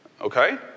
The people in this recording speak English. Okay